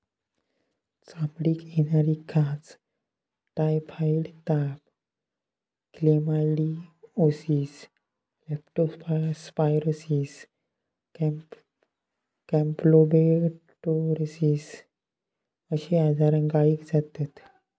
चामडीक येणारी खाज, टायफॉइड ताप, क्लेमायडीओसिस, लेप्टो स्पायरोसिस, कॅम्पलोबेक्टोरोसिस अश्ये आजार गायीक जातत